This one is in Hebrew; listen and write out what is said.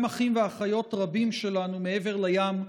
גם אחים ואחיות רבים שלנו מעבר לים,